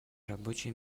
рабочие